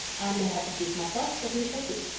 i may have deceived myself but we shall see.